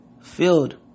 field